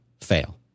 fail